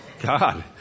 God